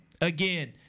again